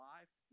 Life